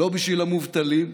לא בשביל המובטלים,